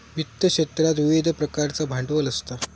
वित्त क्षेत्रात विविध प्रकारचा भांडवल असता